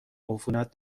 عفونت